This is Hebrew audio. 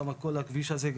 שם כל הכביש הזה,